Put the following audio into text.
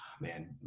Man